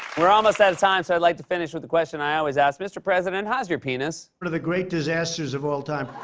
we're almost out of time, so i'd like to finish with a question i always ask. mr president, how's your penis? one of the great disasters of all time.